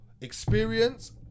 experience